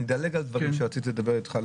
אני אדלג על דברים שרציתי לדבר איתך,